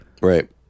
Right